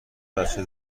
بچه